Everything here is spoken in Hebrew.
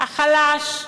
החלש,